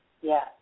Yes